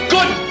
Good